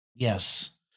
Yes